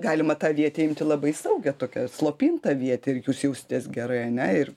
galima tą avietę imti labai saugią tokią slopintą avietę ir jūs jausitės gerai ane ir